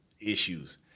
issues